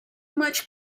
much